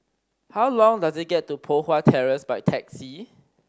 how long does it get to Poh Huat Terrace by taxi